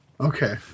Okay